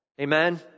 amen